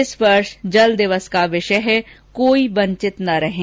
इस वर्ष जल दिवस का विषय है कोई वंचित न रहें